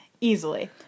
easily